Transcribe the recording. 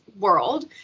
world